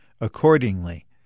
accordingly